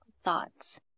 thoughts